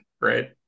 right